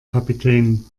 kapitän